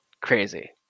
crazy